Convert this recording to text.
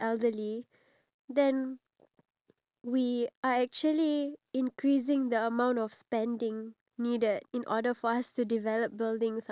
exactly like for example if you build a shopping mall you spend all your time thinking about the architecture like how you need ramps here and there but at the end of the day